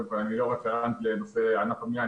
אני לא רפרנט לנושא ענף הבנייה,